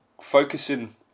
focusing